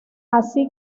así